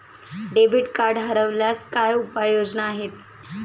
Debit card हरवल्यास काय उपाय योजना आहेत?